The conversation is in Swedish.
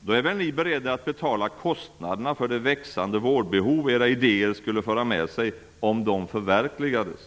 då är väl ni beredda att betala kostnaderna för det växande vårdbehov som era idéer skulle föra med sig om de förverkligades?